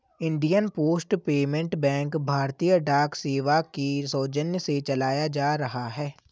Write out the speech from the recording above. Indian Post Payment Bank भारतीय डाक सेवा के सौजन्य से चलाया जा रहा है